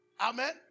Amen